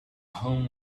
home